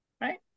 Right